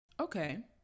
Okay